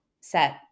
set